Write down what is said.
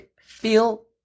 feel